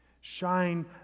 shine